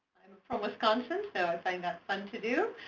from wisconsin so i kind of fun to do.